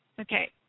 Okay